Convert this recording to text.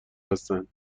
هستند